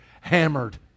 hammered